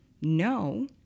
no